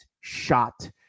shot